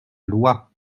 loi